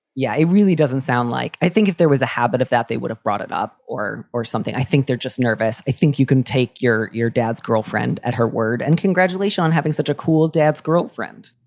yeah. it really doesn't sound like. i think if there was a habit of that, that, they would have brought it up or or something. i think they're just nervous. i think you can take your your dad's girlfriend at her word and congratulation on having such a cool dad's girlfriend.